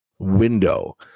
window